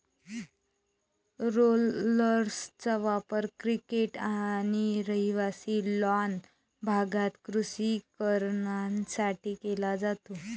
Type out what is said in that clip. रोलर्सचा वापर क्रिकेट आणि रहिवासी लॉन भागात कृषी कारणांसाठी केला जातो